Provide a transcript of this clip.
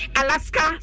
alaska